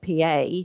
PA